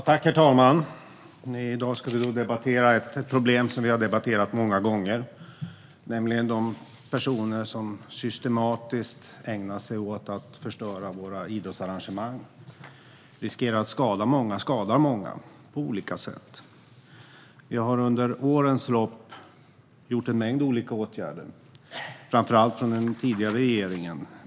Herr talman! I dag ska vi debattera ett problem som vi har debatterat många gånger, nämligen de personer som systematiskt ägnar sig åt att förstöra våra idrottsarrangemang och, på olika sätt, skadar många. Vi har under årens lopp vidtagit en mängd olika åtgärder - framför allt gäller detta den tidigare regeringen.